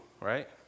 right